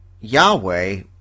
Yahweh